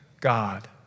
God